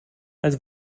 het